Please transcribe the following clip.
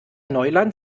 neuland